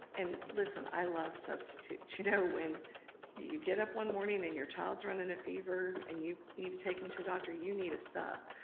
and listen, i love substitutes. you know when you get up one morning and your child's running a fever and you need to take him to a doctor, you need a sub.